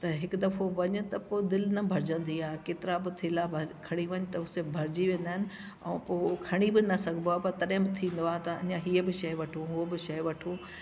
त हिकु दफ़ो वञि त पोइ दिलि न भरिजंदी आहे केतिरा बि थेला भरियल खणी वञि त उअ सब भरजी वेंदा आहिनि ऐं पोइ खणी बि न सघबो आहे पोइ तॾहिं बि थींदो आहे त अञा इहे बि शइ वठूं उहा बि शइ वठूं